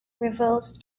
reveals